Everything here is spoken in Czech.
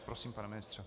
Prosím, pane ministře.